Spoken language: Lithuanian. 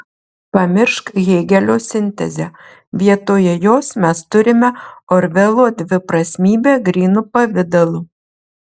pamiršk hėgelio sintezę vietoje jos mes turime orvelo dviprasmybę grynu pavidalu